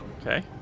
Okay